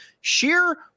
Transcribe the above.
Sheer